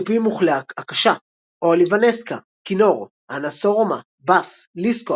תופים וכלי הקשה אולי ונסקה – כינור האנס הורמה – בס ליסקו –